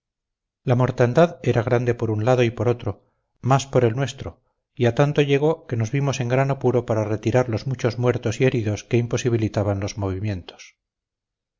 la mortandad era grande por un lado y por otro más por el nuestro y a tanto llegó que nos vimos en gran apuro para retirar los muchos muertos y heridos que imposibilitaban los movimientos